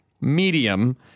medium